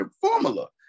formula